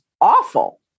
awful